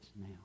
now